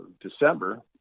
December